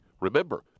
Remember